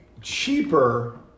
cheaper